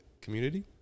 community